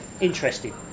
interesting